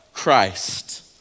Christ